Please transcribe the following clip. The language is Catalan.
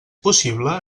possible